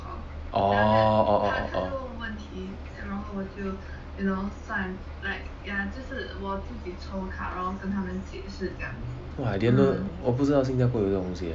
orh orh orh orh orh !wah! I didn't know 我不知道新加坡有这种东西 leh